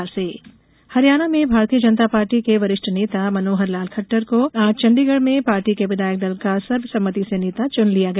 सरकार गठन हरियाणा में भारतीय जनता पार्टी के वरिष्ठ नेता मनोहर लाल खट्टर को आज चंडीगढ़ में पार्टी के विधायक दल का सर्वसम्मति से नेता चुन लिया गया